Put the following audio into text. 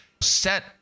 set